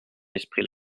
esprits